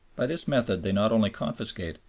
by this method they not only confiscate,